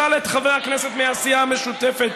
תשאל את חברי הכנסת מהסיעה המשותפת.